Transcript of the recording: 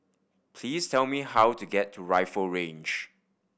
please tell me how to get to Rifle Range